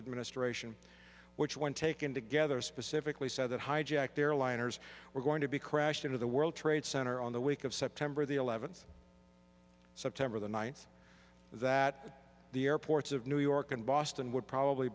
administration which when taken together specifically said that hijacked airliners were going to be crashed into the world trade center on the week of september the eleventh september the ninth that the airports of new york and boston would probably